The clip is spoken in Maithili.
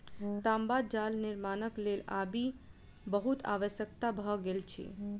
तांबा जाल निर्माणक लेल आबि बहुत आवश्यक भ गेल अछि